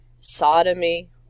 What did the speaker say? sodomy